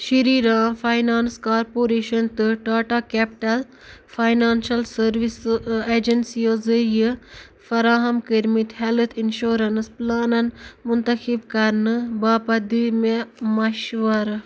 Shri Ram finance corporation تہٕ Tata capital financial services ایجنسیزٕ یہِ فراہم کٔرمٕتۍ ہیٚلٕتھ انشورنس پلانَن منتخب کرنہٕ باپتھ دِ مےٚ مشوَرٕ